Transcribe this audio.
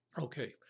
Okay